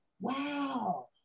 wow